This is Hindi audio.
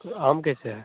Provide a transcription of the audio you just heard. आम कैसा है